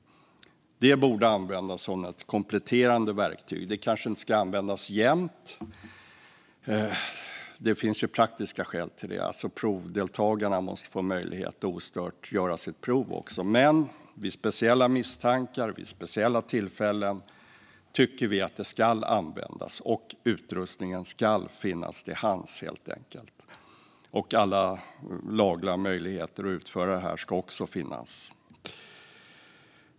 Detta borde användas som ett kompletterande verktyg. Det kanske inte ska användas jämt. Det finns praktiska skäl till det. Provdeltagarna måste få en möjlighet att ostört göra sitt prov. Men vid speciella misstankar, vid speciella tillfällen, tycker vi att detta ska användas. Den utrustningen ska finnas till hands, helt enkelt. Och alla lagliga möjligheter att utföra detta ska också finnas.